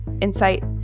insight